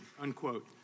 unquote